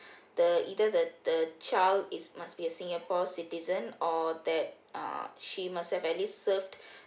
the either the the child is must be a singapore citizen or that uh she must have at least served